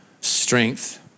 strength